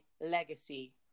legacy